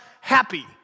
happy